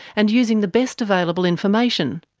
and using the best available information.